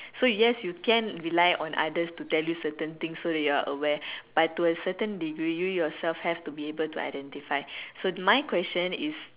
so yes you can rely on others to tell you certain things so that you are aware but to a certain degree you yourself have to be able to identify so my question is